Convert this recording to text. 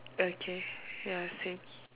okay ya same